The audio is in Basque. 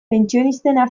pentsionistena